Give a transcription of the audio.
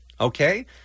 okay